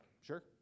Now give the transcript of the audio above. sure